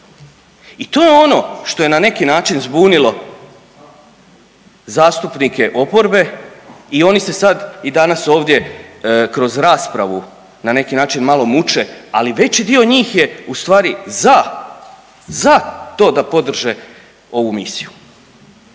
I to je ono što je na neki način zbunilo zastupnike oporbe i oni se sad i danas ovdje kroz raspravu na neki način malo muče, ali veći dio njih je u stvari za, za to da podrže ovu misiju.